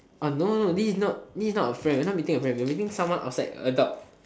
oh no this is not this is not a friend we're not meeting a friend we're meeting someone outside adult